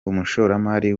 umushoramari